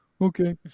okay